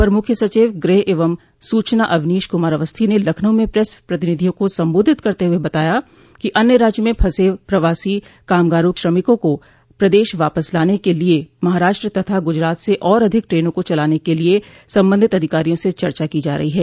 अपर मुख्य सचिव गृह एवं सूचना अवनीश कुमार अवस्थी ने लखनऊ में प्रेस प्रतिनिधियों को संबोधित करते हुए बताया कि अन्य राज्यों में फंसे प्रवासी कामगारों श्रमिकों को प्रदेश वापस लाने के लिये महाराष्ट्र तथा गुजरात से और अधिक ट्रेनों को चलाने के लिये संबंधित अधिकारियों से चर्चा की जा रही है